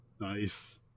Nice